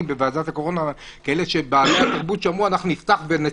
בוועדת הקורונה בתחום התרבות שאמרו: אנחנו נפתח ונצפצף.